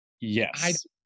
Yes